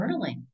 journaling